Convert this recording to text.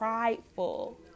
prideful